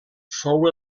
fou